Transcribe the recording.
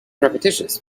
repetitious